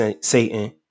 Satan